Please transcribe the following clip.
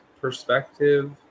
perspective